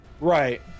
right